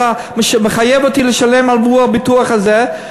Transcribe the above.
אתה מחייב אותי לשלם עבור הביטוח הזה,